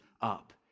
up